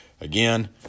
Again